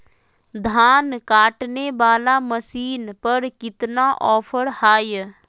धान काटने वाला मसीन पर कितना ऑफर हाय?